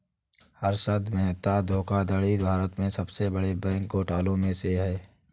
हर्षद मेहता धोखाधड़ी भारत के सबसे बड़े बैंक घोटालों में से है